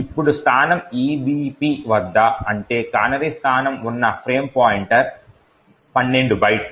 ఇప్పుడు స్థానం EBP వద్ద అంటే కానరీ స్థానం ఉన్న ఫ్రేమ్ పాయింటర్ 12 బైట్లు